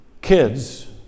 kids